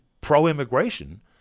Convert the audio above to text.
pro-immigration